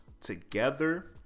together